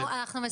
הכנו מצגת.